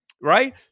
right